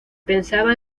pensaba